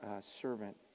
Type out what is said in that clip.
servant